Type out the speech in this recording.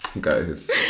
guys